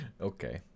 Okay